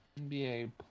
NBA